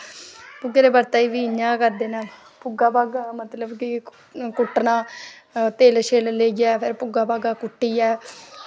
भुग्गा दे ब्रते बी इ'यां गै करदे नै भुग्गा भग्गा मतलव की कुट्टना तिल्ल शिल्ल लेईयै फिर भुग्गा भग्गा कुट्टियै